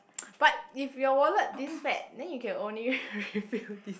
but if your wallet this fat then you can only refill this